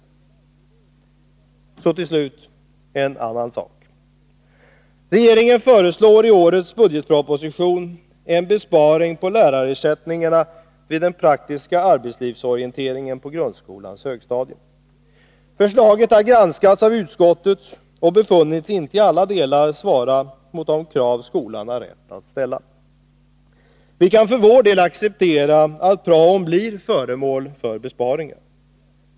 En annan sak som jag vill ta upp är att regeringen i årets budgetproposition föreslår en besparing på lärarersättningarna vid den praktiska arbetslivsorienteringen på grundskolans högstadium. Förslaget har granskats av utskottet och befunnits inte i alla delar svara mot de krav skolan har rätt att ställa. Vi kan för vår del acceptera att praon blir föremål för besparingar.